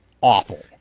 awful